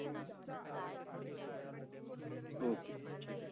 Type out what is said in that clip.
okay ठीक